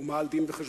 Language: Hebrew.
ומה על דין-וחשבון?